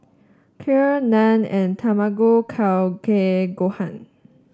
Kheer Naan and Tamago Kake Gohan